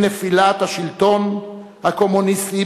עם נפילת השלטון הקומוניסטי,